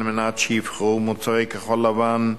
על מנת שיבחרו מוצרי כחול-לבן,